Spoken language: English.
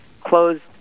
closed